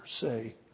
say